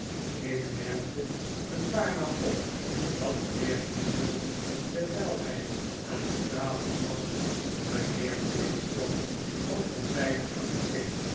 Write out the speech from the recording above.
ik merkte een paar maal op dat mijnheer quinion terwijl hij aan het praten was mijnheer murdstone van ter